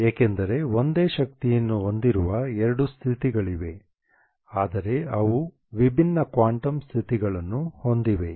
ಏಕೆಂದರೆ ಒಂದೇ ಶಕ್ತಿಯನ್ನು ಹೊಂದಿರುವ ಎರಡು ಸ್ಥಿತಿಗಳಿವೆ ಆದರೆ ಅವು ವಿಭಿನ್ನ ಕ್ವಾಂಟಮ್ ಸ್ಥಿತಿಗಳನ್ನು ಹೊಂದಿವೆ